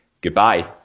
Goodbye